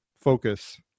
focus